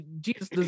Jesus